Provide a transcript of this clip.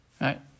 Right